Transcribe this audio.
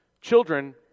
Children